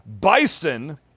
Bison